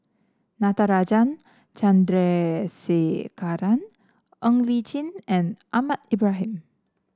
Natarajan Chandrasekaran Ng Li Chin and Ahmad Ibrahim